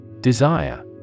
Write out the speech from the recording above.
Desire